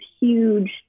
huge